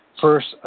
First